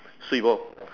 sweet boy